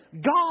God